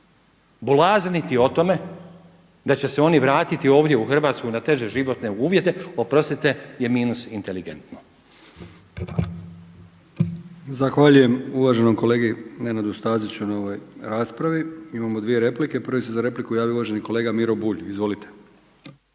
Bulazniti o tome da će se oni vratiti ovdje u Hrvatsku na teže životne uvjete, oprostite je minus inteligentno. **Brkić, Milijan (HDZ)** Zahvaljujem uvaženom kolegi Nenadu Staziću na ovoj raspravi. Imamo dvije replike. Prvi se za repliku javio uvaženi kolega Miro Bulj. Izvolite.